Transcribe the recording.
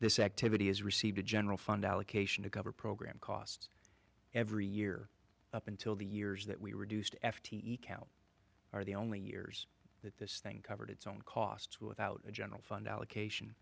this activity has received a general fund allocation to cover program costs every year up until the years that we reduced f t e count are the only years that this thing covered its own costs without a general fund allocation